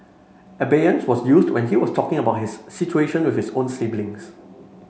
Abeyance was used when he was talking about his situation with his own siblings